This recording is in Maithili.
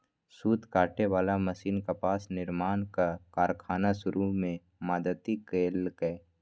सूत काटे बला मशीन कपास निर्माणक कारखाना शुरू मे मदति केलकै